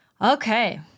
Okay